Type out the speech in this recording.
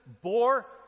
bore